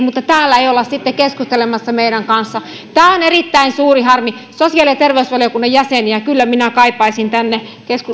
mutta täällä ei olla sitten keskustelemassa meidän kanssamme tämä on erittäin suuri harmi sosiaali ja terveysvaliokunnan jäseniä kyllä minä kaipaisin tänne